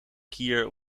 kier